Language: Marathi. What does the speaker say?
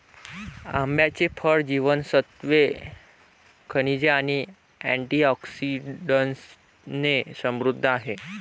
आंब्याचे फळ जीवनसत्त्वे, खनिजे आणि अँटिऑक्सिडंट्सने समृद्ध आहे